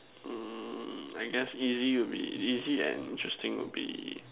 mm I guess easy and easy and interesting would be